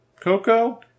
Coco